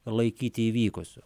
laikyti įvykusiu